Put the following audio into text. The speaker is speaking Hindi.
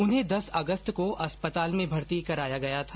उन्हें दस अगस्त को अस्पताल में भर्ती कराया गया था